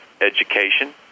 Education